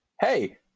Hey